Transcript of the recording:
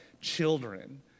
children